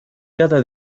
cada